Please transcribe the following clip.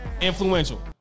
Influential